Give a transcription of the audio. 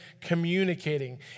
communicating